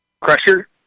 Crusher